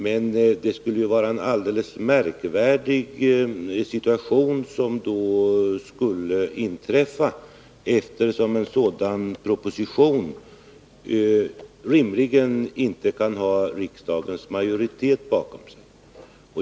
Men det skulle vara en alldeles märkvärdig situation som då skulle uppkomma, eftersom en sådan proposition rimligen inte kan ha riksdagens majoritet bakom sig.